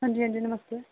हां जी हां जी नमस्ते